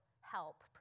help